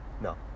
No